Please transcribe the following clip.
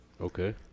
Okay